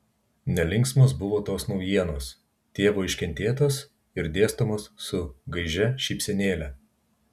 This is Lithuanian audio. nelinksmos buvo tos naujienos tėvo iškentėtos ir dėstomos su gaižia šypsenėle